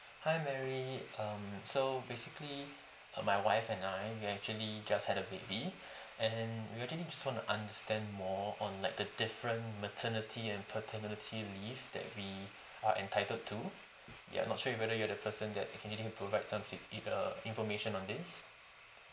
hi mary um so basically uh my wife and I we actually just had a baby and we actually just want to understand more on like the different maternity and paternity leave that we are entitled to ya I'm not sure you whether you are the person that it can really provide some e~ either information on this